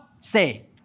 say